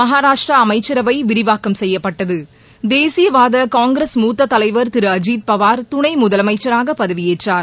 மகாராஷ்டிரா அமைச்சரவை விரிவாக்கம் செய்யபட்டது தேசியவாத காங்கிரஸ் மூத்த தலைவர் திரு அஜித் பவார் துணை முதலமைச்சராக பதவியேற்றார்